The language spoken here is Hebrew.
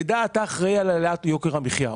תדע שאתה אחראי על העלאת יוקר המחיה.